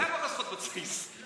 איפה חסרות בסיס?